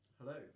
hello